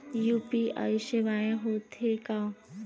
UPI सेवाएं हो थे का?